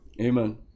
Amen